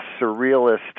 surrealist